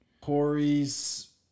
Corey's